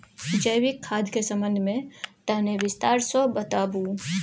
जैविक खाद के संबंध मे तनि विस्तार स बताबू?